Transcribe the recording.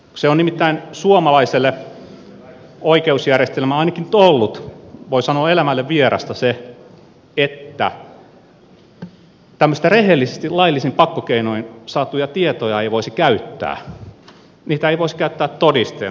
se on nimittäin suomalaiselle oikeusjärjestelmälle ainakin nyt ollut voi sanoa elämälle vierasta se että tämmöisiä rehellisesti laillisin pakkokeinoin saatuja tietoja ei voisi käyttää niitä ei voisi käyttää todisteena